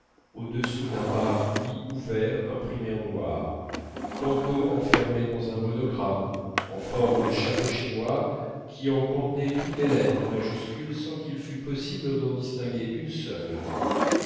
au-dessous d'un parapluie ouvert imprimé en noir tantôt enfermé dans un monogramme en forme de chapeau chinois qui en contenait toutes les lettres en majuscules sans qu'il fût possible d'en distinguer une seule